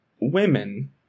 women